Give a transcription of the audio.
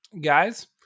guys